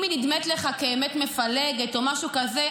אם היא נדמית לך כאמת מפלגת או משהו כזה,